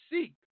seek